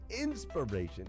inspiration